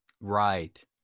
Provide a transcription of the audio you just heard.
right